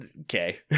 okay